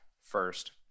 first